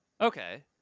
okay